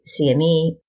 CME